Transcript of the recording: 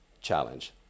challenge